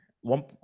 One